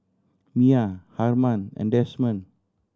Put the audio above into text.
Miah Harman and Desmond